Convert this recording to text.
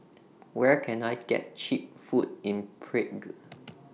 Where Can I get Cheap Food in Prague